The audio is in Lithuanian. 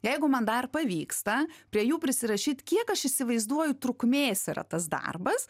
jeigu man dar pavyksta prie jų prisirašyt kiek aš įsivaizduoju trukmės yra tas darbas